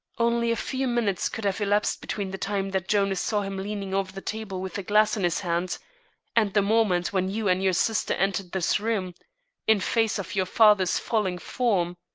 only a few minutes could have elapsed between the time that jonas saw him leaning over the table with the glass in his hand and the moment when you and your sister entered this room in face of your father's falling form.